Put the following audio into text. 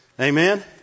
Amen